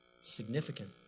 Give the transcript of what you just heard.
significant